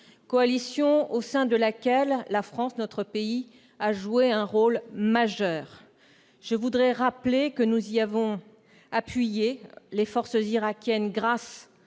coalition au sein de laquelle la France a joué un rôle majeur. Je rappelle que nous avons appuyé les forces irakiennes grâce